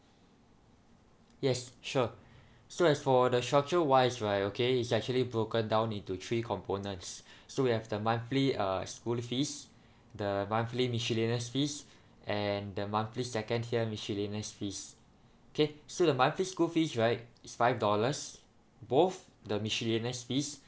yes sure so as for the structure wise right okay is actually broken down into three components so we have the monthly uh school fees the monthly miscellaneous fees and the monthly second tier miscellaneous fees K so the monthly school fees right it's five dollars both the miscellaneous fees